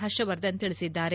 ಹರ್ಷವರ್ಧನ್ ತಿಳಿಸಿದ್ದಾರೆ